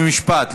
חוק ומשפט,